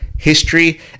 History